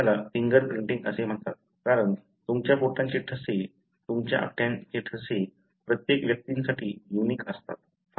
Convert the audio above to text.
म्हणूनच याला फिंगरप्रिंटिंग असे म्हणतात कारण तुमच्या बोटांचे ठसे तुमच्या अंगठ्याचे ठसे प्रत्येक व्यक्तींसाठी युनिक असतात